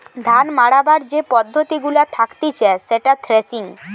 ধান মাড়াবার যে পদ্ধতি গুলা থাকতিছে সেটা থ্রেসিং